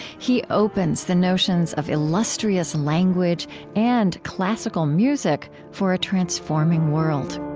he opens the notions of illustrious language and classical music for a transforming world